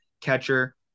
catcher